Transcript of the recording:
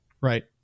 right